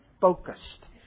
focused